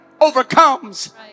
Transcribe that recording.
overcomes